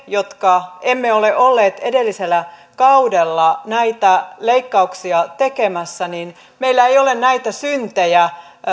jotka emme ole olleet edellisellä kaudella näitä leikkauksia tekemässä ei ole näitä syntejä